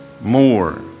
more